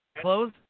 close